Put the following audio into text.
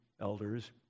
elders